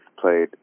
played